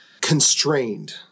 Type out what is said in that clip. constrained